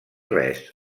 res